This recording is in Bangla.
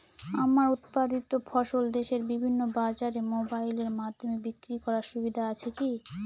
আমার উৎপাদিত ফসল দেশের বিভিন্ন বাজারে মোবাইলের মাধ্যমে বিক্রি করার সুবিধা আছে কি?